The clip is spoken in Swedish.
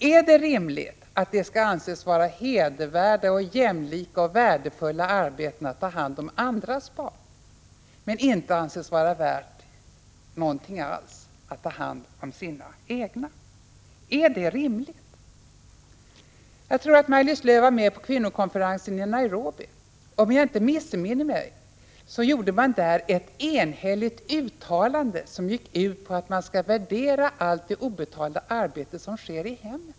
Är det rimligt att det skall anses vara hedervärda, jämlika och värdefulla arbeten att ta hand om andras barn men inte anses vara värt någonting alls att ta hand om sina egna barn? Jag tror att Maj-Lis Lööw var med på kvinnokonferensen i Nairobi. Om jaginte missminner mig gjorde man där ett enhälligt uttalande som gick ut på att man skall värdera allt det obetalda arbete som sker i hemmen.